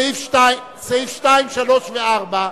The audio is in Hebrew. סעיפים 2, 3 ו-4.